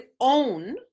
own